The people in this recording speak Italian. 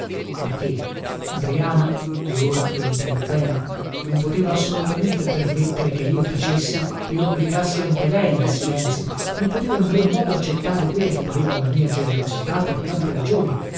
ma che adriana e ora lo intendo bene non poteva assolutamente permettere che io tacessi e obbligassi anche lei al silenzio non poteva in verun modo accettare quella che pareva una mia generosità per tante ragioni